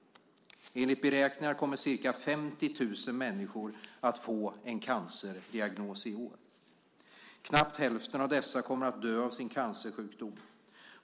Enligt beräkningar kommer ca 50 000 människor att få en cancerdiagnos i år. Knappt hälften av dessa kommer att dö av sin cancersjukdom.